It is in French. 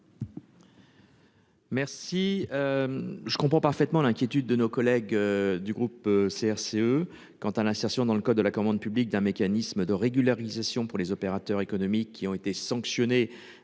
Merci. Je comprends parfaitement l'inquiétude de nos collègues du groupe CRCE quant à l'insertion dans le code de la commande publique d'un mécanisme de régularisation pour les opérateurs économiques qui ont été sanctionnés.